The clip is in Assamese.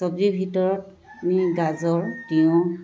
চব্জিৰ ভিতৰত আমি গাজৰ তিয়ঁহ